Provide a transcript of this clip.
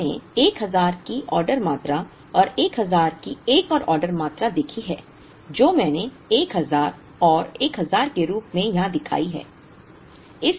हमने 1000 की ऑर्डर मात्रा और 1000 की एक और ऑर्डर मात्रा देखी है जो मैंने 1000 और 1000 के रूप में यहाँ दिखाई है